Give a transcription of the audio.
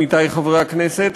עמיתי חברי הכנסת,